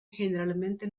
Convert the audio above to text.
generalmente